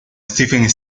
stephen